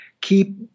keep